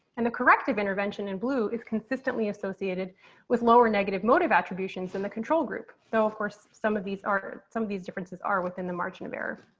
and the corrective intervention in blue is consistently associated with lower negative motive attributions in the control group. so, of course, some of these are some of these differences are within the margin of error.